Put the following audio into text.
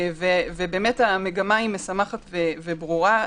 באמת המגמה היא משמחת וברורה.